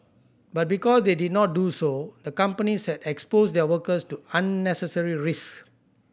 but because they did not do so the companies had exposed their workers to unnecessary risk